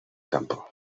campo